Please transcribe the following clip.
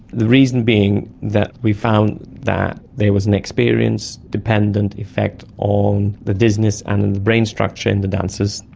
the reason being that we found that there was an experience dependent effect on the dizziness and and the brain structure in the dancers,